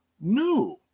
new